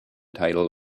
title